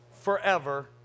forever